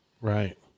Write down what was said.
Right